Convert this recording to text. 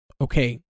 okay